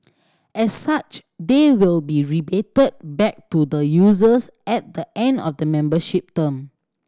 as such they will be rebated back to the users at the end of the membership term